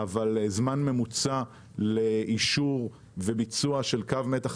אבל זמן ממוצע לאישור וביצוע של קו מתח